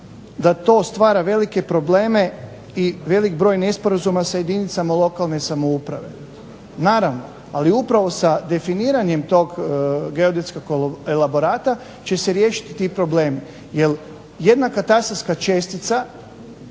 da to stvara velike probleme i velik broj nesporazuma s jedinicama lokalne samouprave. Naravno, ali upravo sa definiranjem tog geodetskog elaborata će se riješiti ti problemi. Jer jedna katastarska čestica